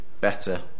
better